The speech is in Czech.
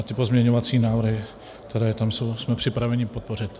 Ty pozměňovací návrhy, které tam jsou, jsme připraveni podpořit.